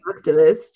activist